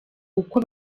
uko